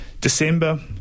december